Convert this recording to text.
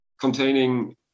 containing